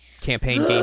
campaign